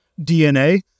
DNA